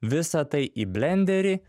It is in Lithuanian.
visa tai į blenderį